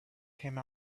came